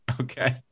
Okay